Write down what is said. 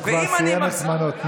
הוא כבר סיים את זמנו.